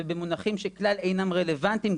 ובמונחים שכלל אינם רלוונטיים,